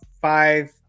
five